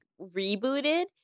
rebooted